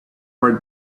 were